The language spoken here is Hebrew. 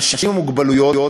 אנשים עם מוגבלות,